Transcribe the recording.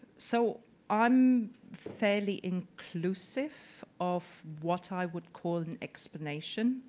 so i'm fairly inclusive of what i would call an explanation.